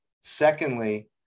secondly